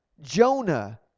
Jonah